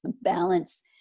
balance